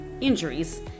injuries